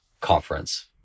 conference